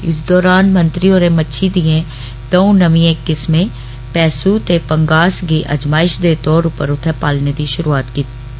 इस दौरान मंत्री होरें मच्छी दिएं दो नमीं किस्में पैसु ते पंगास गी अजमाइष दे तौर उप्पर उत्थे पालने दी षुरुआत कीती